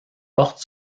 porte